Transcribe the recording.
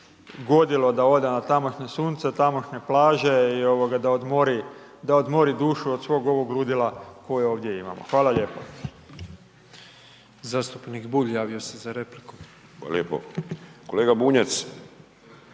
godilo da ode na tamošnje sunce, na tamošnje plaže i da odmori, da odmori dušu od svog ovog ludila koje ovdje imamo. Hvala lijepo.